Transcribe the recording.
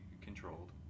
controlled